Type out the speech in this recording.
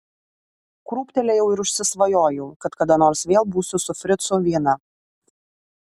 krūptelėjau ir užsisvajojau kad kada nors vėl būsiu su fricu viena